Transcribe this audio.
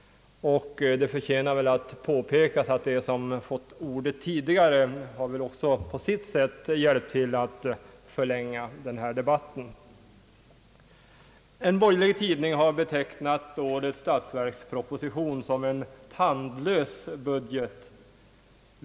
Det förtjänar att påpekas, att de som fått ordet tidigare också på sitt sätt har hjälpt till att förlänga denna debatt. En borgerlig tidning har betecknat årets statsverksproposition som en tandlös budget.